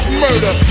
murder